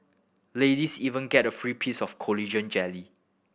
ladies even get a free piece of collagen jelly